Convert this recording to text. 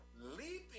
leaping